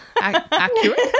accurate